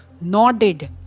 nodded